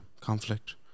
conflict